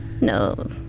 no